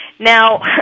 Now